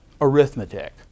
arithmetic